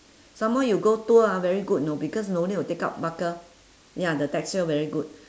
some more you go tour ah very good know because no need to take out buckle ya the texture very good